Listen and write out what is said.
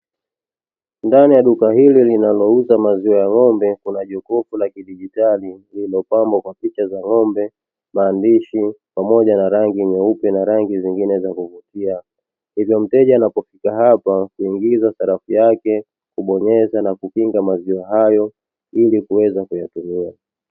Ndani ya duka hili linalouza maziwa ya ng'ombe, kuna jokofu la kidigitali lililopambwa kwa picha za ng'ombe, maandishi pamoja na rangi nyeupe na rangi zingine za kuvutia, hivyo mteja anapofika hapa huingiza sarafu yake, kubonyeza na kukinga maziwa hayo ili kuweza kuyatumia.